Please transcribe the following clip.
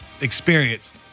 experience